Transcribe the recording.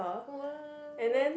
what